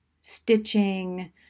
stitching